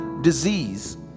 disease